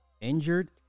injured